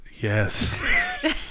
Yes